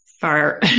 far